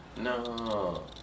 No